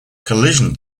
collision